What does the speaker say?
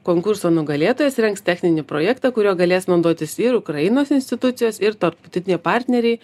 konkurso nugalėtojas rengs techninį projektą kuriuo galės naudotis ir ukrainos institucijos ir tarptautiniai partneriai